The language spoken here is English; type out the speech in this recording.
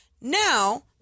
Now—